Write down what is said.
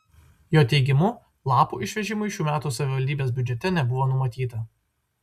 jo teigimu lapų išvežimui šių metų savivaldybės biudžete nebuvo numatyta